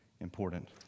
important